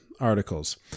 articles